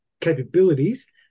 capabilities